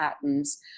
patterns